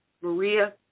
Maria